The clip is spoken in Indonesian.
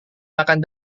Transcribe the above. makan